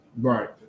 Right